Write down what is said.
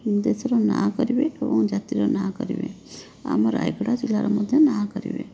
ଦେଶର ନାଁ କରିବେ ଏବଂ ଜାତିର ନାଁ କରିବେ ଆମର ରାୟଗଡ଼ା ଜିଲ୍ଲାର ମଧ୍ୟ ନାଁ କରିବେ